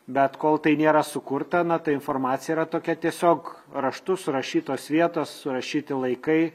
bet kol tai nėra sukurta na ta informacija yra tokia tiesiog raštu surašytos vietos surašyti laikai